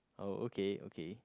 uh okay okay